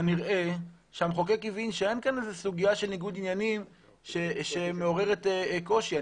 כנראה שהמחוקק הבין שאין כאן איזה סוגיה של ניגוד עניינים שמעוררת קושי.